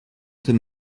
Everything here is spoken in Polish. tym